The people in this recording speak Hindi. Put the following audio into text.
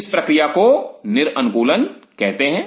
इस प्रक्रिया को निर अनुकूलन कहते हैं